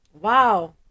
Wow